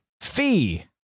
Fee